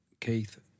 Keith